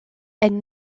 elles